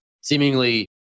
seemingly